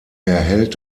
erhält